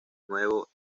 nuevo